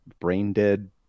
brain-dead